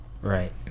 Right